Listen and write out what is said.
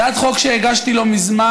הצעת חוק שהגשתי לא מזמן,